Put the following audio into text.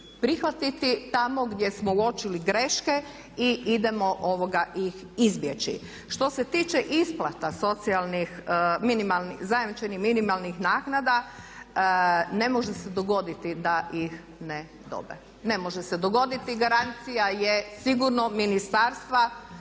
prihvatiti tamo gdje smo uočili greške i idemo ih izbjeći. Što se tiče isplata zajamčenih minimalnih naknada ne može se dogoditi da ih ne dobe. Ne može se dogoditi, garancija je sigurno ministarstva